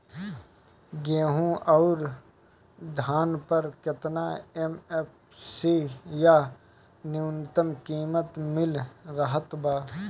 गेहूं अउर धान पर केतना एम.एफ.सी या न्यूनतम कीमत मिल रहल बा?